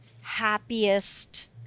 happiest